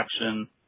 action